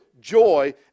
joy